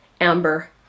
amber